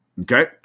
Okay